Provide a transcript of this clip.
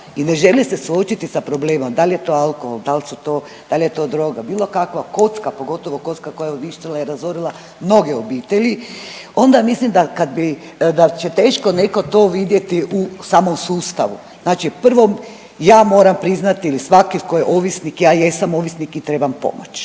i ne žele se suočiti sa problemom, da li je to alkohol, dal su to, dal je to droga, bilo kakva, kocka, pogotovo kocka koja je uništila i razorila mnoge obitelji onda mislim da kad bi, da će teško neko to vidjeti u, samo u sustavu. Znači prvo ja moram priznati ili svaki ko je ovisnik, ja jesam ovisnik i trebam pomoć.